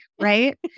Right